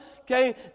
okay